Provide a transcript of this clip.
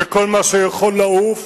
וכל מה שיכול לעוף,